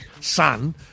son